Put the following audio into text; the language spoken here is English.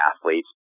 athletes